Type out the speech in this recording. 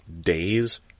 days